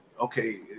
okay